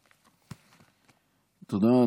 תודה.